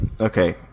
Okay